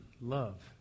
love